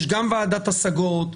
יש גם וועדת השגות.